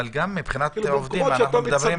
אבל גם מבחינת העובדים אנחנו מדברים --- במקומות